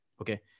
Okay